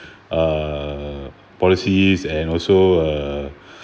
err policies and also err